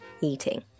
eating